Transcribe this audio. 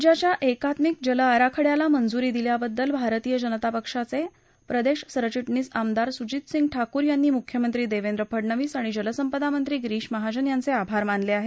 राज्याच्या एकात्मिक जल आराखड्याला मंजूरी दिल्याबद्दल भारतीय जनता पक्षाचे प्रदेश सरचिटणीस आमदार सुजीत सिंह ठाकूर यांनी मुख्यमंत्री देवेंद्र फडनवीस आणि जलसंपदामंत्री गिरीश महाजन यांचे आभार मानले आहेत